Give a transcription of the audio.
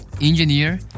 engineer